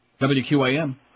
WQAM